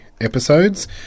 episodes